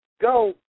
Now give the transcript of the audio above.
Go